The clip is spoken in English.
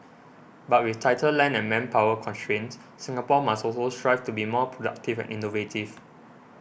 but with tighter land and manpower constraints Singapore must also strive to be more productive and innovative